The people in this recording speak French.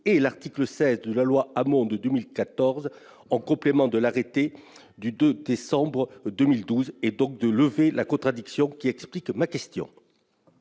et l'article 16 de la loi Hamon de 2014 en complément de l'arrêté du 24 décembre 2012, ce qui permettrait de lever la contradiction qui justifie ma question.